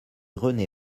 rené